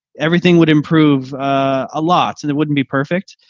everything would improve a lot. so that wouldn't be perfect.